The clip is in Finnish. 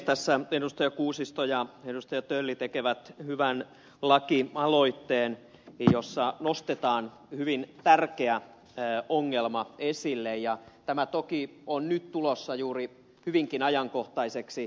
tässä edustajat kuusisto ja tölli tekevät hyvän lakialoitteen jossa nostetaan hyvin tärkeä ongelma esille ja tämä toki on nyt tulossa juuri hyvinkin ajankohtaiseksi